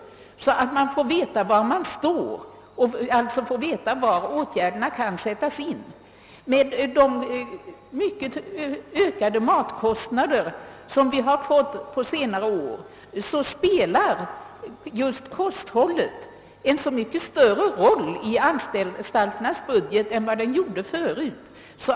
Vi måste få veta var åtgärderna kan sättas in. Med de starkt ökande matkostnader vi fått på senare år spelar kosthållet en mycket större roll i anstalternas budget än det gjorde förut.